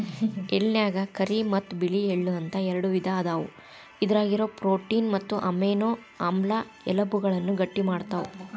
ಎಳ್ಳನ್ಯಾಗ ಕರಿ ಮತ್ತ್ ಬಿಳಿ ಎಳ್ಳ ಅಂತ ಎರಡು ವಿಧ ಅದಾವ, ಇದ್ರಾಗಿರೋ ಪ್ರೋಟೇನ್ ಮತ್ತು ಅಮೈನೋ ಆಮ್ಲ ಎಲಬುಗಳನ್ನ ಗಟ್ಟಿಮಾಡ್ತಾವ